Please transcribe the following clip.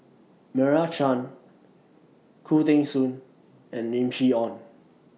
Meira Chand Khoo Teng Soon and Lim Chee Onn